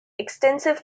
extensive